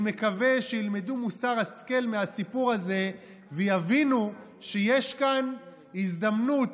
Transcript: אני מקווה שילמדו מוסר השכל מהסיפור הזה ויבינו שיש כאן הזדמנות,